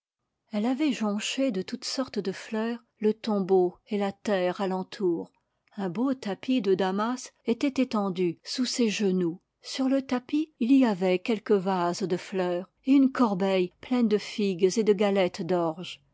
elle avait jonché de toutes sortes de fleurs le tombeau et la terre alentour un beau tapis de damas était étendu sous ses genoux sur le tapis il y avait quelques vases de fleurs et une corbeille pleine de figues et de galettes d'orge